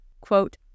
quote